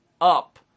Up